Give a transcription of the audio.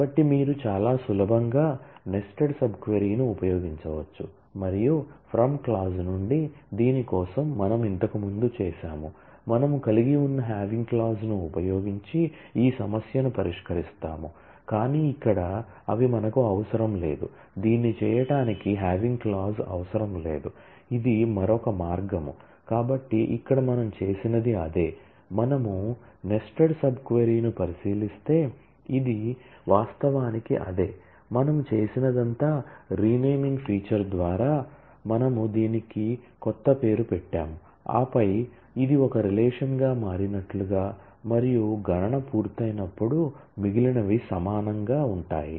కాబట్టి మీరు చాలా సులభంగా నెస్టెడ్ సబ్ క్వరీను ఉపయోగించవచ్చు మరియు ఫ్రమ్ క్లాజ్ ద్వారా మనము దీనికి క్రొత్త పేరు పెట్టాము ఆపై ఇది ఒక రిలేషన్ గా మారినట్లుగా మరియు గణన పూర్తయినప్పుడు మిగిలినవి సమానంగా ఉంటాయి